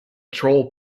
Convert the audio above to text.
troll